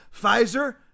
Pfizer